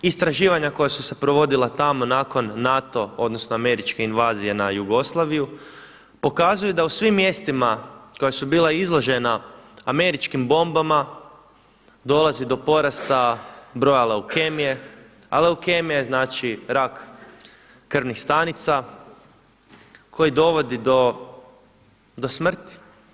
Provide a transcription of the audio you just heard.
Istraživanja koja su se provodila tamo nakon NATO odnosno američke invazije na Jugoslaviju, pokazuju da u svim mjestima koja su bila izložena američkim bombama dolazi do porasta broja leukemije, a leukemija je znači rak krvnih stanica koji dovodi do smrti.